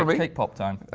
ah but cake pop time.